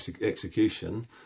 execution